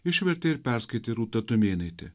išvertė ir perskaitė rūta tumėnaitė